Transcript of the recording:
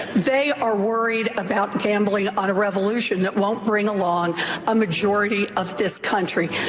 they are worried about gambling on a revolution that won't bring along a majority of this country.